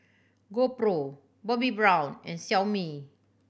GoPro Bobbi Brown and Xiaomi